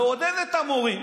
מעודד את המורים